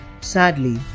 Sadly